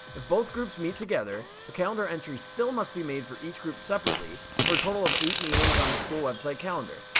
if both groups meet together, a calendar entry still must be made for each group separately, for a total of eight meetings on the school website calendar.